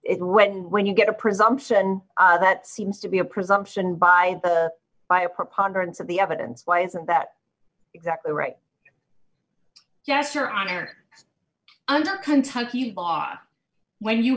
it when when you get a presumption that seems to be a presumption by the by a preponderance of the evidence why isn't that exactly right yes your honor under kentucky because when you